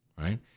right